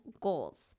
goals